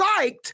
psyched